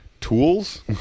tools